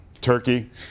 Turkey